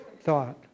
thought